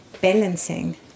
balancing